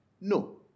no